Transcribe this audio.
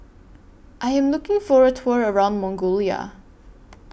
I Am looking For A Tour around Mongolia